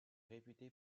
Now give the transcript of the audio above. réputé